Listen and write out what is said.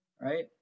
right